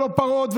לא פרות,